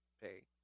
pay